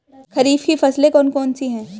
खरीफ की फसलें कौन कौन सी हैं?